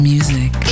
Music